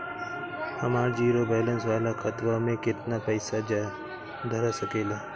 हमार zero balance वाला खतवा म केतना पईसा धरा सकेला?